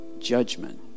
judgment